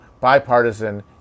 bipartisan